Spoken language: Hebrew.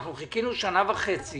חיכינו שנה וחצי